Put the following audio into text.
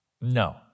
No